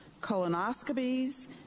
colonoscopies